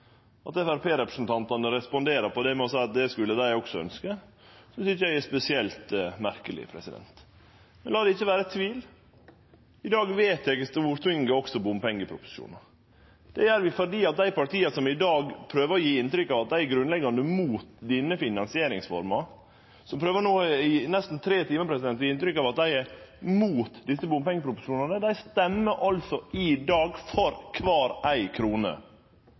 At Framstegsparti-representantane responderer på det med å seie at det skulle dei òg ønskje, synest ikkje eg er spesielt merkeleg. Men la det ikkje vere tvil – i dag vedtek Stortinget også bompengeproposisjonar. Det gjer Stortinget fordi dei partia som i dag prøver å gje inntrykk av at dei er grunnleggjande imot denne finansieringsforma – som no, i nesten tre timar, prøver å gje inntrykk av at dei er imot desse bompengeproposisjonane – i dag stemmer for kvar ei krone